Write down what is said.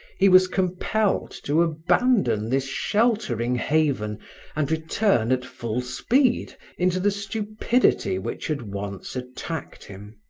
he was compelled to abandon this sheltering haven and return at full speed into the stupidity which had once attacked him.